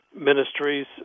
ministries